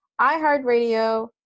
iHeartRadio